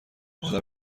آدم